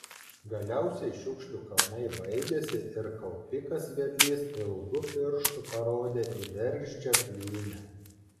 galiausiai šiukšlių kalnai baigėsi ir kaupikas vedlys ilgu pirštu parodė į bergždžią plynę